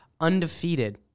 Undefeated